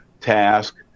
task